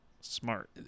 smart